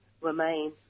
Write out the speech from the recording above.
remain